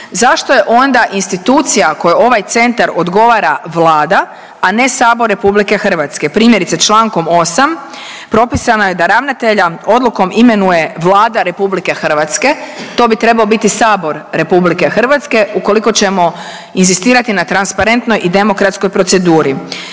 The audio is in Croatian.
zašto je onda institucija kojoj ovaj centar odgovara Vlada, a ne Sabor Republike Hrvatske. Primjerice člankom 8. propisano je da ravnatelja odlukom imenuje Vlada Republike Hrvatske. To bi trebao biti Sabor Republike Hrvatske ukoliko ćemo inzistirati na transparentnoj i demokratskoj proceduri.